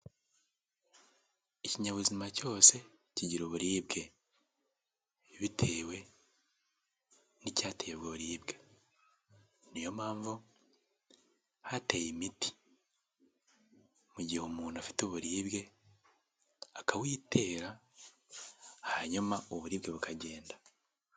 Ikinyabuzima cyose kigira uburibwe, bitewe n'icyateye ubwo buribwe. Niyo mpamvu hateye imiti mu gihe umuntu afite uburibwe akawitera hanyuma uburibwe bukagenda.